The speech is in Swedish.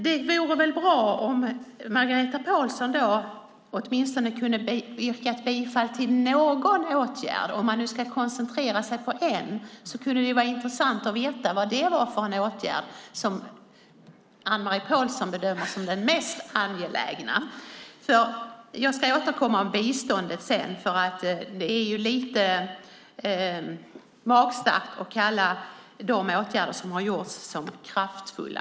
Det vore väl bra om Anne-Marie Pålsson åtminstone kunde yrka bifall till någon åtgärd. Om man nu ska koncentrera sig på en kunde det vara intressant att veta vilken åtgärd som Anne-Marie Pålsson bedömer som den mest angelägna. Jag ska återkomma om biståndet, för det är lite magstarkt att kalla de åtgärder som har vidtagits kraftfulla.